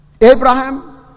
Abraham